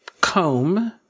comb